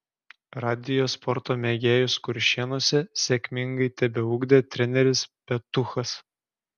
radijo sporto mėgėjus kuršėnuose sėkmingai tebeugdė treneris petuchas